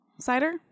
Cider